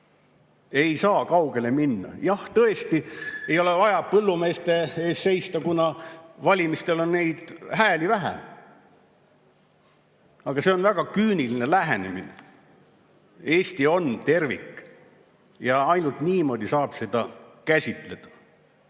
ei saa kaugele minna. Jah, tõesti ei ole vaja põllumeeste eest seista, kuna valimistel on neid hääli vähe. Aga see on väga küüniline lähenemine. Eesti on tervik ja ainult niimoodi saab seda käsitleda.